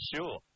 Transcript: Sure